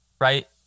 right